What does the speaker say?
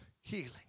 healing